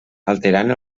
alterant